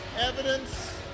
evidence